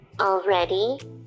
already